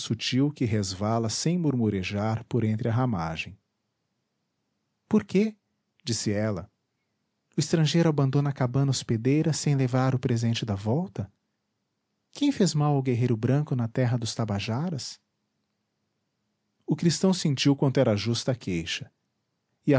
sutil que resvala sem murmurejar por entre a ramagem por que disse ela o estrangeiro abandona a cabana hospedeira sem levar o presente da volta quem fez mal ao guerreiro branco na terra dos tabajaras o cristão sentiu quanto era justa a queixa